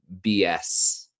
BS